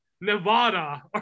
Nevada